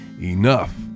Enough